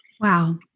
Wow